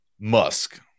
Musk